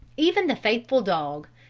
even the faithful dog,